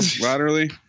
laterally